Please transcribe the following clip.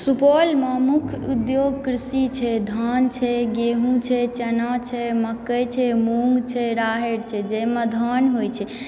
सुपौलमे मुख्य उद्योग कृषि छै धान छै गेहूँ छै चना छै मकै छै मूँग छै राहरि छै जाहिमे धान होइ छै